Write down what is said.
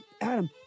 Adam